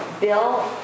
Bill